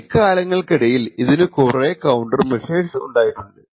ഈ കാലങ്ങൾക്കിടയിൽ ഇതിനു കുറെ കൌണ്ടർ മെഷേഴ്സ് ഉണ്ടായിട്ടുണ്ട്